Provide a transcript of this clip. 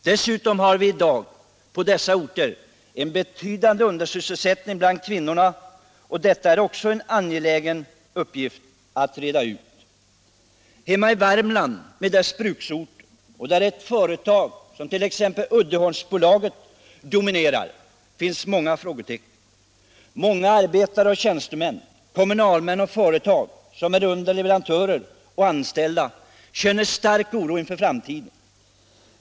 Dessutom har vi i dag på dessa orter en betydande undersysselsättning bland kvinnorna. Också detta är en angelägen uppgift att klara. Hemma i Värmland med dess bruksorter, där ert företag dominerar, såsom Uddeholmsbolaget, finns många frågetecken. Många arbetare och tjänstemän, kommunalmän och underleverantörsföretag känner stark oro inför framtiden.